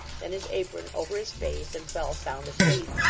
then his apron over his face, and fell sound asleep.